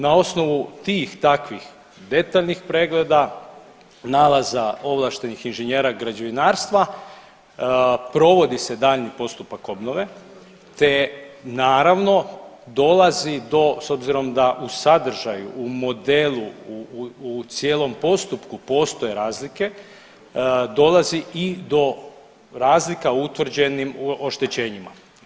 Na osnovu tih, takvih detaljnih pregleda, nalaza ovlaštenih inženjera građevinarstva provodi se dalji postupak obnove, te naravno dolazi do, s obzirom da u sadržaju u modelu u cijelom postupku postoje razlike dolazi i do razlika utvrđenim oštećenjima.